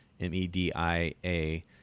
M-E-D-I-A